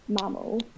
mammal